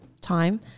time